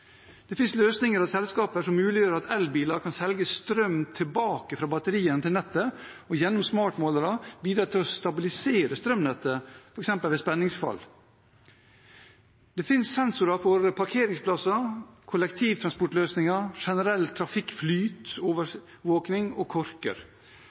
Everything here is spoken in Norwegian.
Det finnes løsninger og selskaper som muliggjør at elbiler kan selge strøm tilbake fra batteriene til nettet og gjennom smartmålere bidra til å stabilisere strømnettet, f.eks. ved spenningsfall. Det finnes sensorer for parkeringsplasser, kollektivtransportløsninger, generell